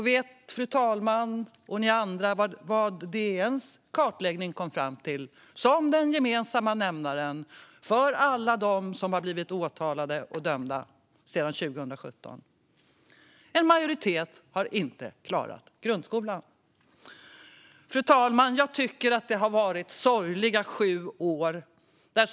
Vet fru talmannen och ni andra vad DN:s kartläggning kom fram till som den gemensamma nämnaren för alla dem som blivit åtalade och dömda sedan 2017? En majoritet har inte klarat grundskolan. Fru talman! Det har varit sorgliga sju år.